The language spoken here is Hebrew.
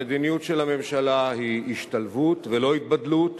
המדיניות של הממשלה היא השתלבות ולא התבדלות.